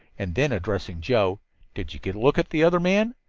and then, addressing joe did you get a look at the other man?